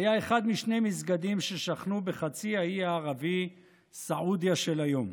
היה אחד משני מסגדים ששכנו בחצי האי הערבי סעודיה של היום.